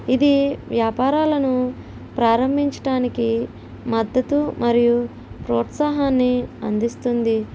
ఇది వ్యాపారాలను ప్రారంభించటానికి మద్దతు మరియు ప్రోత్సాహాన్ని అందిస్తుంది